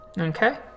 Okay